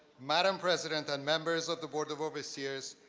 madam president and members of the board of overseers,